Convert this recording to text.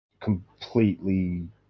completely